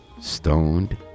Stoned